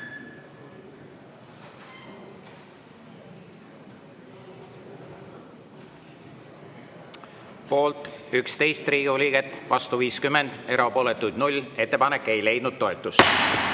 Poolt 11 Riigikogu liiget, vastu 50, erapooletuid 0. Ettepanek ei leidnud toetust.